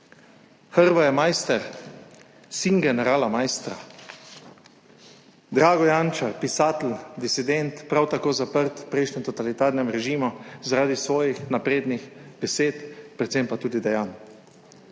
Hrvoje Maister, sin generala Maistra; Drago Jančar, pisatelj, disident, prav tako zaprt v prejšnjem totalitarnem režimu zaradi svojih naprednih besed, predvsem pa tudi dejanj.